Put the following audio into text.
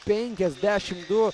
penkiasdešim du